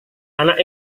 anak